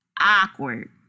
Awkward